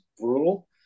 brutal